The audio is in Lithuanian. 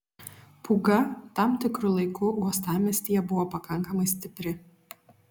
pūga tam tikru laiku uostamiestyje buvo pakankamai stipri